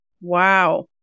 Wow